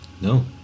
No